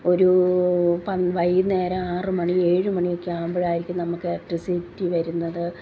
ഒരൂ വൈകുന്നേരം ആറ് മണി ഏഴ് മണി ഒക്കെ ആവുമ്പോഴായിരിക്കും നമ്മൾക്ക് എലക്ട്രിസിറ്റി വരുന്നത്